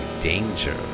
danger